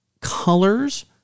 colors